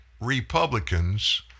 Republicans